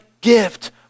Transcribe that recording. gift